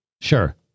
Sure